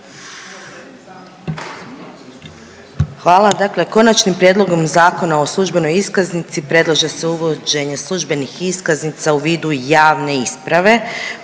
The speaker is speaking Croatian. Hvala. Dakle Konačnim prijedlogom Zakon o službenoj iskaznici predlaže se uvođenje službenih iskaznica u vidu javne isprave